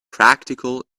practical